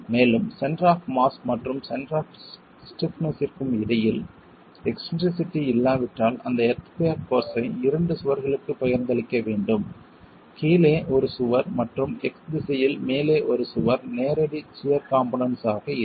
மேலும் centre of mass மற்றும் centre of ஸ்டிப்னஸ்ற்கும் இடையில் எக்ஸ்ன்ட்ரிசிட்டி இல்லாவிட்டால் அந்த எர்த்குயாக் போர்ஸ் ஐ இரண்டு சுவர்களுக்குப் பகிர்ந்தளிக்க வேண்டும் கீழே ஒரு சுவர் மற்றும் x திசையில் மேலே ஒரு சுவர் நேரடி சியர்க் காம்போனென்ட்ஸ் ஆக இருக்கும்